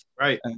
Right